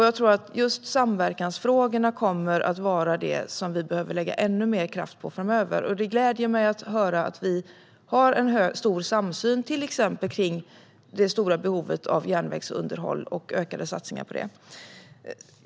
Jag tror att just samverkansfrågorna kommer att vara något som vi behöver lägga ännu mer kraft på framöver. Det gläder mig att höra att vi har en stor samsyn till exempel kring det stora behovet av järnvägsunderhåll och ökade satsningar på det.